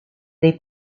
dei